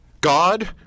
God